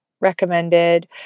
recommended